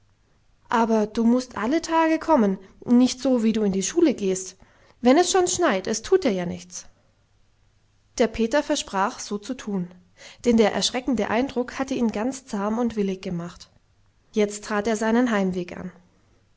aber nun mußt du alle tage kommen nicht so wie du in die schule gehst wenn es schon schneit es tut dir ja nichts der peter versprach so zu tun denn der erschreckende eindruck hatte ihn ganz zahm und willig gemacht jetzt trat er seinen heimweg an